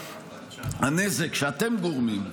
הנזק שאתם גורמים,